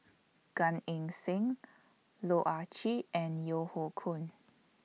Gan Eng Seng Loh Ah Chee and Yeo Hoe Koon